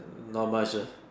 not much ah